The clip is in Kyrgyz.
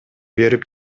берип